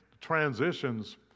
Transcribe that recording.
transitions